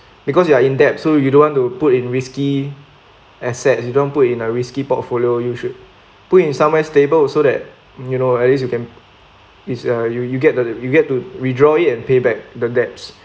because you are in debt so you don't want to put in risky asset you don't put in a risky portfolio you should put in somewhere stable so that you know at least you can it's uh you you get a you get to withdraw it and pay back the debts